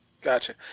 Gotcha